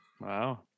Wow